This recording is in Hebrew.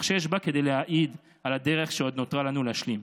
אך יש בה כדי להעיד על הדרך שעוד נותרה לנו להשלים: